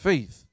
Faith